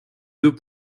deux